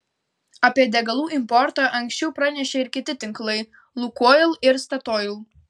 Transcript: apie degalų importą anksčiau pranešė ir kiti tinklai lukoil ir statoil